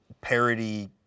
parody